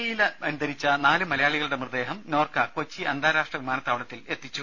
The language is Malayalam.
ഇയിൽ മരിച്ച നാല് മലയാളികളുടെ മൃതദേഹം നോർക്ക കൊച്ചി അന്താരാഷ്ട്ര വിമാനത്താവളത്തിൽ എത്തിച്ചു